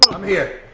i'm here.